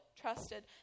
trusted